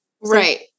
Right